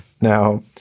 Now